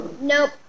Nope